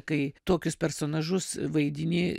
kai tokius personažus vaidini